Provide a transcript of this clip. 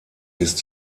ist